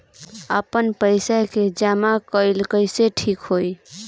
आपन पईसा के जमा कईल ठीक होई?